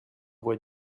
voix